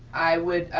i would